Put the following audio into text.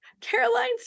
Caroline's